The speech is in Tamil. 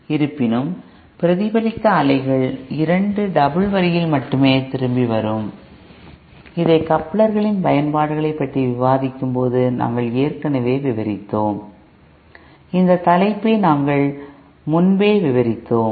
இருப்பினும் பிரதிபலித்த அலைகள் 2 டபுள் வரியில் மட்டுமே திரும்பி வரும் இதை கப்ளர்களின் பயன்பாடுகளைப் பற்றி விவாதிக்கும் போது நாங்கள் ஏற்கனவே விவரித்தோம் இந்த தலைப்பை நாங்கள் முன்பே விவரித்தோம்